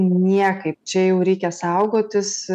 niekaip čia jau reikia saugotis